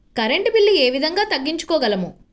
Current bill ఏ విధంగా తగ్గించుకోగలము?